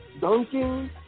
dunking